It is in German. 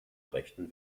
rechten